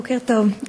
בוקר טוב,